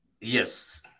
Yes